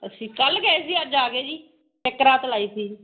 ਅਸੀਂ ਕੱਲ ਗਏ ਸੀ ਅੱਜ ਆ ਗਏ ਜੀ ਇੱਕ ਰਾਤ ਲਾਈ ਸੀ ਜੀ